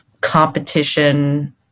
competition